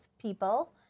people